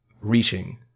Reaching